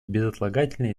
безотлагательно